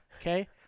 okay